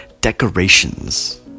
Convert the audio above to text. decorations